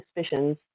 suspicions